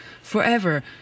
forever